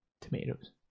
tomatoes